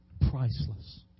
priceless